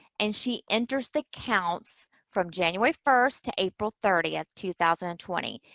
and she enters the counts from january first to april thirtieth, two thousand and twenty.